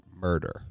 Murder